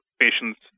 patients